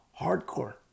Hardcore